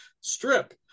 strip